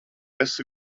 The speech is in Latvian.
esi